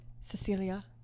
Cecilia